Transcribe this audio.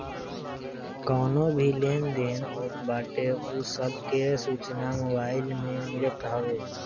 कवनो भी लेन देन होत बाटे उ सब के सूचना मोबाईल में मिलत हवे